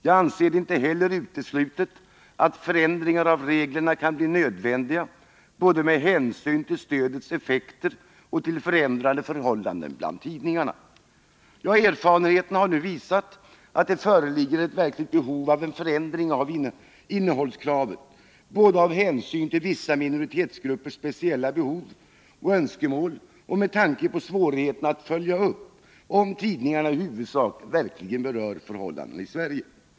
Jag anser det inte heller uteslutet att förändringar av reglerna kan bli nödvändiga, både med hänsyn till stödets effekter och till förändrade förhållanden bland tidningarna.” Erfarenheterna har nu visat att det föreligger ett verkligt behov av en förändring av innehållskravet, både av hänsyn till vissa minoritetsgruppers speciella behov och önskemål och med tanke på svårigheterna att följa upp om innehållet i tidningarna verkligen i huvudsak berör förhållandena i Sverige.